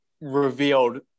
revealed